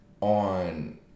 on